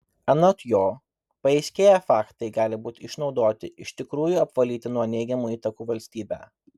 anot jo paaiškėję faktai gali būti išnaudoti iš tikrųjų apvalyti nuo neigiamų įtakų valstybę